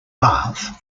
bath